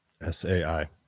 S-A-I